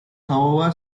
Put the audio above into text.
however